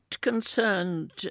concerned